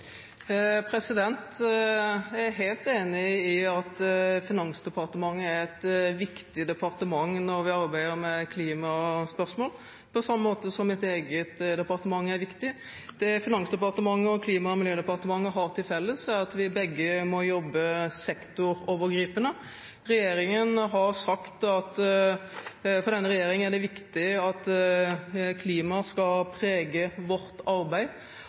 Jeg er helt enig i at Finansdepartementet er et viktig departement når vi arbeider med klimaspørsmål, på samme måte som mitt eget departement er viktig. Det Finansdepartementet og Klima- og miljødepartementet har til felles, er at vi begge må jobbe sektorovergripende. Regjeringen har sagt at for denne regjering er det viktig at klimaet skal prege vårt arbeid,